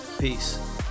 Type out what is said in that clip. Peace